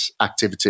activity